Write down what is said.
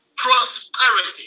Prosperity